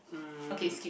um